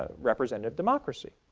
ah representative democracy.